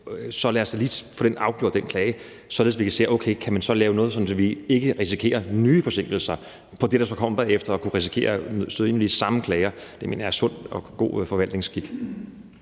så lad os da lige få afgjort den klage, således at vi kan se, om vi så kan lave noget, så vi ikke risikerer nye forsinkelser i forhold til det, der så kommer bagefter, fordi vi kunne risikere at støde ind i de samme klager. Det mener jeg er sund og god forvaltningsskik.